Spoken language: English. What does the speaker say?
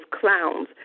clowns